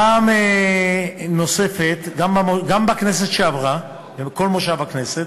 פעם נוספת, גם בכנסת שעברה, בכל מושב הכנסת,